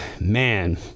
man